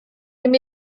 ddaru